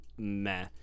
meh